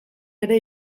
ere